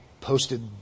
posted